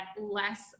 less